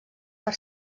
per